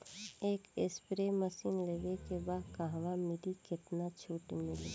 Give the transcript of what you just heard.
एक spray machine लेवे के बा कहवा मिली केतना छूट मिली?